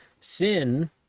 sin